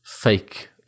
fake